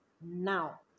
now